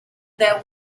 that